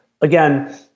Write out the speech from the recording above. again